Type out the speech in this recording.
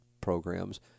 programs